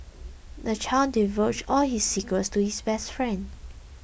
the child divulged all his secrets to his best friend